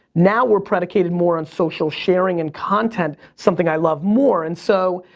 now, we're predicated more on social sharing and content, something i love more. and so,